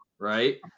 Right